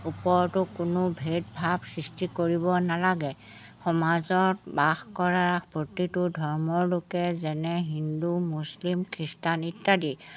ওপৰতো কোনো ভেদভাৱ সৃষ্টি কৰিব নালাগে সমাজত বাস কৰা প্ৰতিটো ধৰ্মৰ লোকে যেনে হিন্দু মুছলিম খ্ৰীষ্টান ইত্যাদি